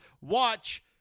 watch